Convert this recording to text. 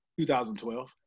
2012